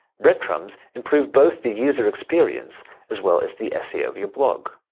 breadcrumbs improve both the user experience as well as the seo of your blog.